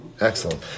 Excellent